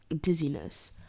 dizziness